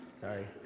Sorry